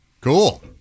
Cool